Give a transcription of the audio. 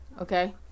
Okay